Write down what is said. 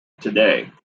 today